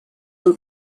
del